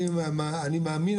אני מאמין,